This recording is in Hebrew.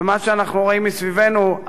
ומה שאנחנו רואים מסביבנו,